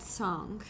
song